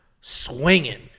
swinging